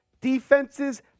defenses